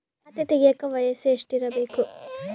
ಖಾತೆ ತೆಗೆಯಕ ವಯಸ್ಸು ಎಷ್ಟಿರಬೇಕು?